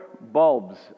bulbs